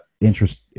interest